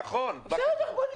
להתייחס, בבקשה.